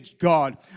god